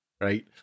Right